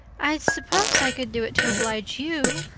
i suppose i could do it to oblige you,